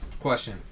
Question